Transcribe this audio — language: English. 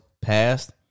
passed